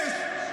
מימשו זאת.